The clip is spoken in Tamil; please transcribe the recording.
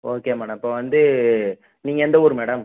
ஓகே மேடம் இப்போ வந்து நீங்கள் எந்த ஊர் மேடம்